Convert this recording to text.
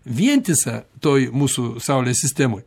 vientisa toj mūsų saulės sistemoj